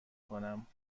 کنم